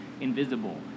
invisible